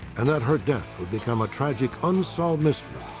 and that her death would become a tragic unsolved mystery,